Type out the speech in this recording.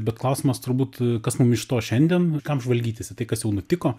bet klausimas turbūt kas mum iš to šiandien kam žvalgytis į tai kas jau nutiko